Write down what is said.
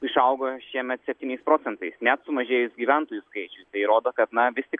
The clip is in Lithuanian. išaugo šiemet septyniais procentais net sumažėjus gyventojų skaičiui tai rodo kad na vis tiktai